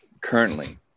currently